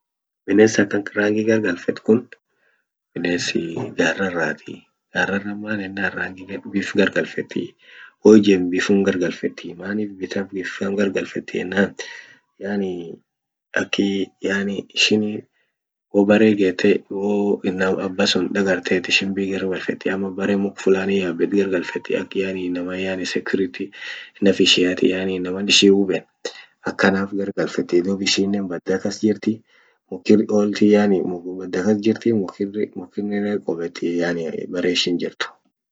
Bines akan rangi gar galfet kun binesi garrarati garrara man yenan bif gar galfetii woijemt bifum gar galfetii manif biftan gar galfeti yenan yani aki yani ishin wo bere gette wo aba sun dagartet ishin bif gar galfeti ama bere muk flani yabet gar galfeti ak yani inaman security naf ishiati inaman ishi hiuben akanaf gar galfetii duub ishinen badda kas jirti mukir oolti yani mukum badda kas jirti mukir qubeti yani bere ishin jirt.